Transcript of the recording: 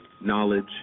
knowledge